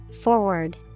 forward